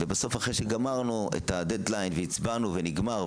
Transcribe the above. ובסוף אחרי שגמרנו את הדד-ליין והצבענו ונגמר,